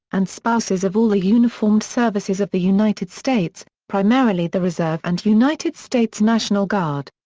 and spouses of all the uniformed services of the united states, primarily the reserve and united states national guard.